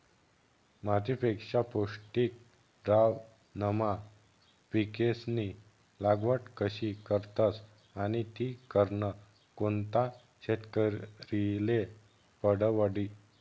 मातीपेक्षा पौष्टिक द्रावणमा पिकेस्नी लागवड कशी करतस आणि ती करनं कोणता शेतकरीले परवडी?